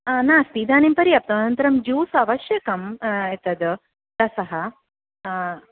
हा नास्ति इदानीं पर्याप्तम् अनन्तरं ज्यूस् आवश्यकम् एतद् रसः